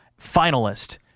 finalist